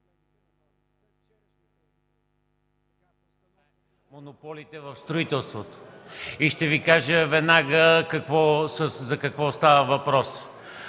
монополите в строителството. И ще Ви кажа веднага за какво става въпрос.